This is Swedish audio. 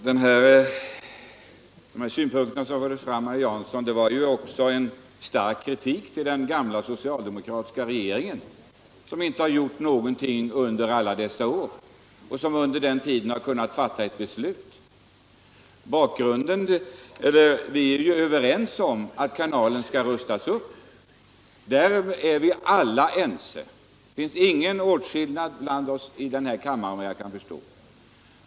Herr talman! De synpunkter som nu förts fram av herr Jansson var ju också en stark kritik mot den gamla socialdemokratiska regeringen som inte har gjort någonting under alla dessa år men som under den tiden hade kunnat fatta ett beslut. Vi är ju alla överens om att kanalen skall rustas upp. Det finns såvitt jag kan förstå ingen skillnad i uppfattning därom i denna kammare.